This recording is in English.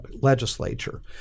legislature